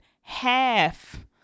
half